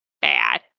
bad